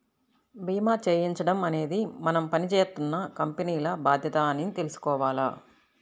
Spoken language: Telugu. భీమా చేయించడం అనేది మనం పని జేత్తున్న కంపెనీల బాధ్యత అని తెలుసుకోవాల